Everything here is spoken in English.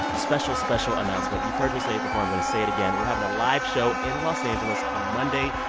special, special announcement. you've heard me say it before, i'm going to say it again. we're having a live show in los angeles on monday,